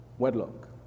wedlock